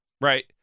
right